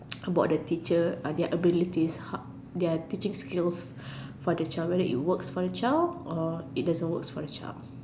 about the teacher their abilities their teaching skills for the child whether it works for the child or it doesn't works for the child